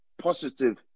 positive